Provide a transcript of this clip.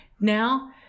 now